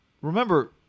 remember